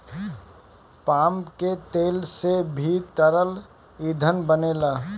palm के तेल से भी तरल ईंधन बनेला